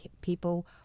people